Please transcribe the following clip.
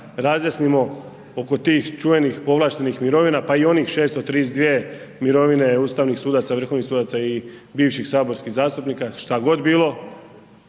razjasnimo oko tih čuvenih povlaštenih mirovina pa i onih 632 mirovine ustavnih sudaca, vrhovnih sudaca i bivših saborskih zastupnika šta god bilo